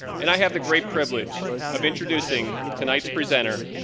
and i have the great privilege of introducing tonight's presenter,